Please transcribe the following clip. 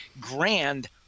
grand